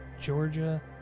Georgia